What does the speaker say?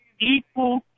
equal